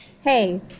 hey